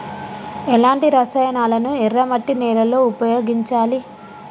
ఎలాంటి రసాయనాలను ఎర్ర మట్టి నేల లో ఉపయోగించాలి?